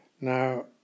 Now